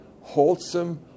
Wholesome